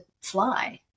fly